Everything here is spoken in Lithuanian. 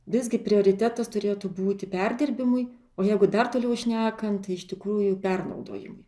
visgi prioritetas turėtų būti perdirbimui o jeigu dar toliau šnekant tai iš tikrųjų pernaudojimui